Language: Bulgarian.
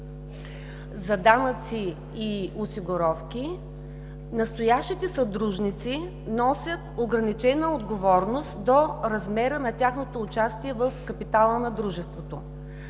за данъци и осигуровки, настоящите съдружници носят ограничена отговорност до размера на тяхното участие в капитала на дружеството,